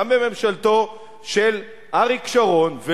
גם בממשלתו של אריק שרון,